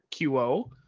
QO